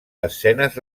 escenes